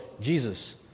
Jesus